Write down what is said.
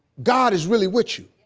god is really with you.